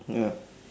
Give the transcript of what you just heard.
ya